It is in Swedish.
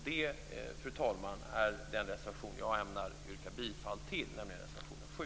Det, fru talman, är den reservation jag ämnar yrka bifall till, nämligen reservation 7.